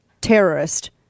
terrorist